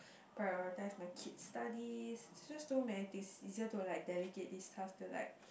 prioritize my kid's studies it's just too many things easier to like dedicate this class feel like